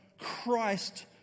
Christ